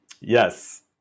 Yes